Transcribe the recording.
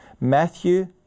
Matthew